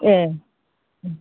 एह